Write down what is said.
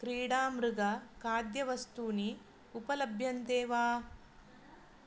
क्रीडामृग खाद्यवस्तूनि उपलभ्यन्ते वा